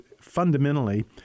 fundamentally